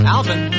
Alvin